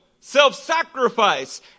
self-sacrifice